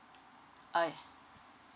[oi]